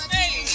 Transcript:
Hey